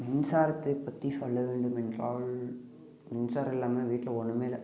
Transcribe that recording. மின்சாரத்தை பற்றி சொல்ல வேண்டுமென்றால் மின்சாரம் இல்லாமல் வீட்டில் ஒன்றுமே இல்லை